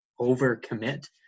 overcommit